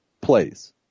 plays